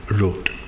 wrote